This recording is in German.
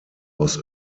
aus